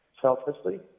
selflessly